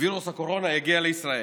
שווירוס הקורונה יגיע לישראל.